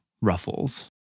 ruffles